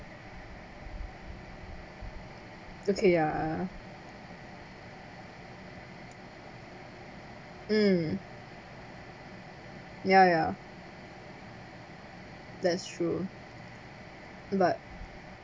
okay ya mm ya ya that's true but